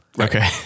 Okay